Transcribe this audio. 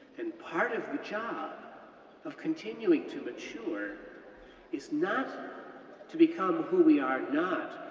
and part of the job of continuing to mature is not to become who we are not,